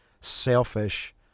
selfish